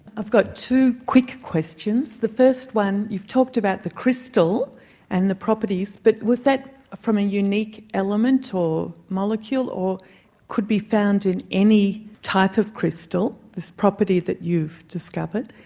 i've got two quick questions. the first one, you've talked about the crystal and the properties, but was that from a unique element or molecule or could it be found in any type of crystal, this property that you've discovered?